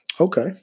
Okay